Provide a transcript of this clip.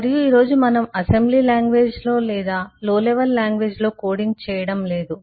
మరియు ఈ రోజు మనం అసెంబ్లీ లాంగ్వేజ్ లో లేదా లో లెవెల్ లాంగ్వేజ్ లో కోడింగ్ చేయడం లేదు